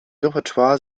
repertoire